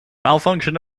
malfunction